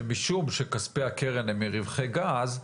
שמשום שכספי הקרן הם מרווחי גז,